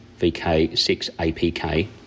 VK6APK